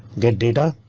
get data?